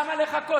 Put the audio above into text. למה לחכות?